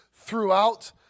throughout